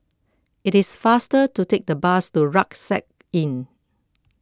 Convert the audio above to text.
it is faster to take the bus to Rucksack Inn